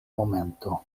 momento